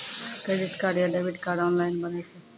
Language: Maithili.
क्रेडिट कार्ड या डेबिट कार्ड ऑनलाइन बनै छै?